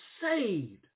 saved